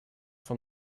von